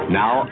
now